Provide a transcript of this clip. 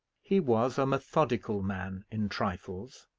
he was a methodical man in trifles,